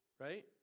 right